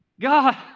God